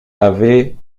avait